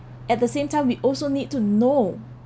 at the same time we also need to know